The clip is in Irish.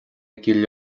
gcill